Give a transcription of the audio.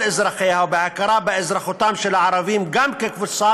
אזרחיה ובהכרה באזרחותם של הערבים גם כקבוצה,